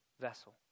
vessel